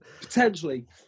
potentially